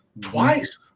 twice